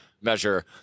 measure